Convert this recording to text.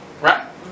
Right